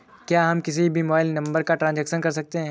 क्या हम किसी भी मोबाइल नंबर का ट्रांजेक्शन कर सकते हैं?